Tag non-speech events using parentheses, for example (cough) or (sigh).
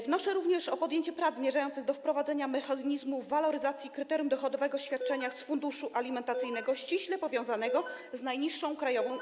Wnoszę również o podjęcie prac zmierzających do wprowadzenia mechanizmu waloryzacji kryterium dochodowego w przypadku świadczeń (noise) z funduszu alimentacyjnego ściśle powiązanego z najniższą krajową.